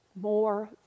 more